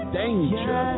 danger